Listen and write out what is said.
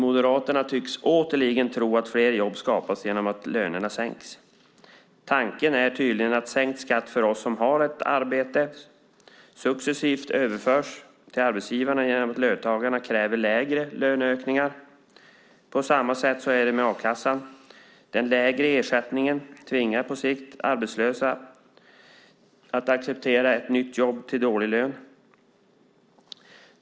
Moderaterna tycks återigen tro att fler jobb skapas genom att lönerna sänks. Tanken är tydligen att sänkt skatt för oss som har ett arbete successivt överförs till arbetsgivarna genom att löntagarna kräver mindre löneökningar. På samma sätt är det med a-kassan. Den lägre ersättningen tvingar på sikt arbetslösa att acceptera ett nytt jobb till dålig lön.